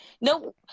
no